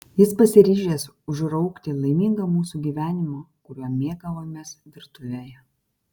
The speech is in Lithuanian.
jis pasiryžęs užraukti laimingą mūsų gyvenimą kuriuo mėgavomės virtuvėje